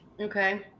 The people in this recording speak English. Okay